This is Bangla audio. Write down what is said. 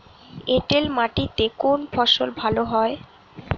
এঁটেল মাটিতে কোন ফসল ভালো হয়?